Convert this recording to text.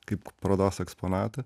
kaip parodos eksponatą